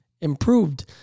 Improved